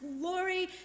glory